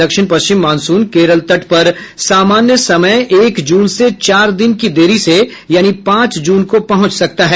दक्षिण पश्चिम मानसून केरल तट पर सामान्य समय एक जून से चार दिन की देरी से यानी पांच जून को पहुंच सकता है